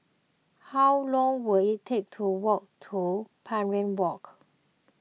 how long will it take to walk to Parry Walk